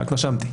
רק נשמתי.